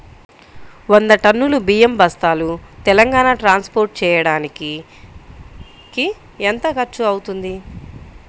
వంద టన్నులు బియ్యం బస్తాలు తెలంగాణ ట్రాస్పోర్ట్ చేయటానికి కి ఎంత ఖర్చు అవుతుంది?